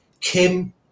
Kim